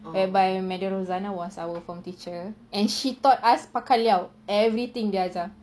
whereby madam rosanna was our form teacher and she taught us everything dia ajar